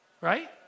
Right